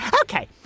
Okay